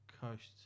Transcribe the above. coast